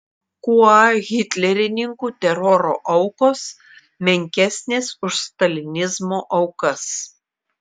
kuo hitlerininkų teroro aukos menkesnės už stalinizmo aukas